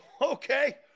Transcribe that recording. Okay